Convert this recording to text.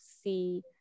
see